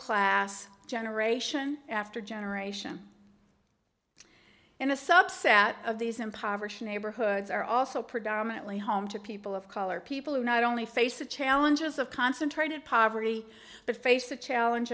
class generation after generation in a subset of these impoverished neighborhoods are also predominately home to people of color people who not only face the challenges of concentrated poverty but face the challenge